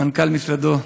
מנכ"ל משרדו,